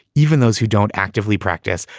even those who don't actively practice,